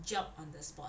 job on the spot